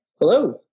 Hello